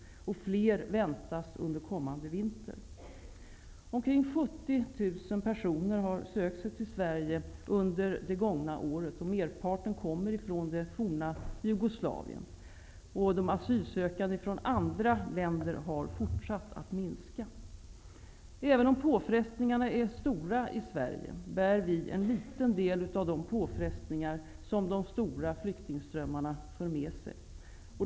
Flera väntas under kommande vinter. Omkring 70 000 personer har sökt sig till Sverige under det gångna året. Merparten kommer från det forna Jugoslavien. Antalet asylsökande från andra länder har fortsatt att minska. Även om påfrestningarna är stora i Sverige, bär vi en liten del av de påfrestningar som de stora flyktingströmmarna för med sig.